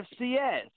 FCS